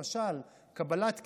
למשל קבלת קצבאות.